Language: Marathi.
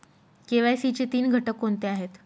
के.वाय.सी चे तीन घटक कोणते आहेत?